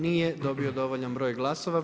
Nije dobio dovoljan broj glasova.